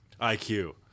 IQ